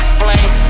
flame